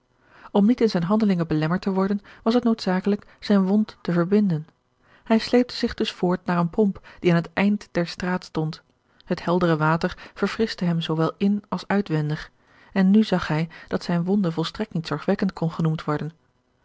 om niet in zijne handelingen belemmerd te worden was het noodzakelijk zijne wonde te verbinden hij sleepte zich dus voort naar eene pomp die aan het einde der straat stond het heldere water verfrischte hem zoowel in als uitwendig en nu zag hij dat zijne wonde volstrekt niet zorgwekkend kon genoemd worden